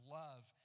love